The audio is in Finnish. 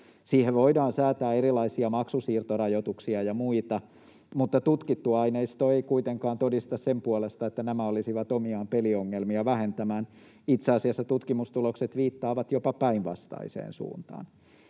Siihen voidaan säätää erilaisia maksusiirtorajoituksia ja muita, mutta tutkittu aineisto ei kuitenkaan todista sen puolesta, että nämä olisivat omiaan peliongelmia vähentämään. Itse asiassa tutkimustulokset viittaavat jopa päinvastaiseen suuntaan.